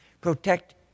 Protect